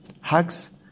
Hugs